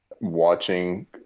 watching